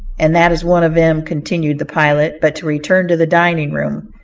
and that is one of em, continued the pilot. but to return to the dining-room.